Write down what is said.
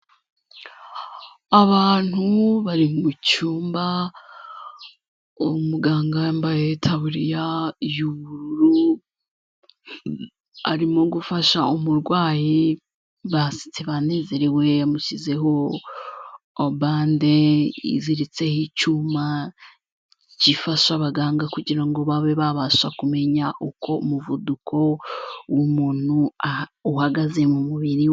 Abantu bari mu cyumba, umuganga yambaye itaburiya y'ubururu arimo gufasha umurwayi basetse banezerewe yamushyizeho obande iziritseho icyuma gifasha abaganga kugirango babe babasha kumenya uko umuvuduko w'umuntu uhagaze mu mubiri we.